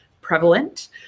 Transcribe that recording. prevalent